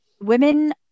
women